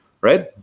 right